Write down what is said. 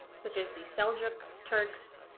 such as the seljuk turks,